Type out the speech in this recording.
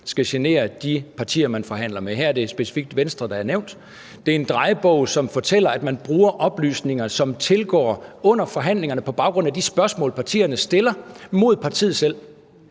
skal genere de partier, man forhandler med. Her er det specifikt Venstre, der er nævnt. Det er en drejebog, som fortæller, at man bruger oplysninger, som tilgår dem under forhandlingerne på baggrund af de spørgsmål, partierne stiller, mod partiet selv.